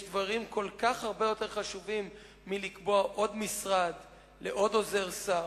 יש דברים כל כך הרבה יותר חשובים מלקבוע עוד משרד לעוד עוזר שר,